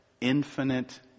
infinite